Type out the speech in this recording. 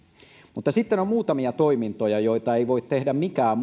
mutta sitten on muutamia toimintoja joita ei voi tehdä mikään